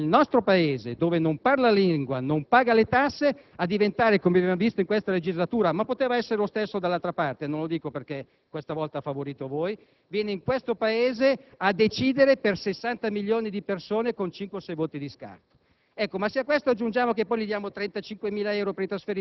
che paga le tasse e vota in un altro Paese, viene nel nostro Paese, dove non parla la lingua, non paga le tasse, finendo, come abbiamo visto in questa legislatura (ma poteva essere lo stesso dall'altra parte, non lo dico perché questa volta ha favorito voi), per decidere per 60 milioni di persone con cinque o sei voti di scarto.